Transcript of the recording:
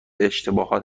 اشتباهات